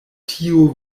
tiu